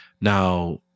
Now